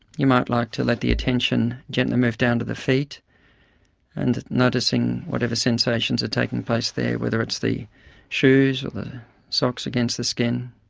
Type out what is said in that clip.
you might like to let the attention gently move down to the feet and noticing whatever sensations are taking place there, whether it's the shoes, or the socks against the skin